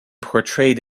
portrayed